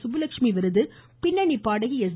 சுப்புலட்சுமி விருது பின்னணி பாடகி எஸ்